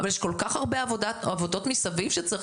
אבל יש כל כך הרבה עבודות מסביב שצריך